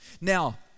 Now